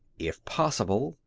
if possible,